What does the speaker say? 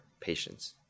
patience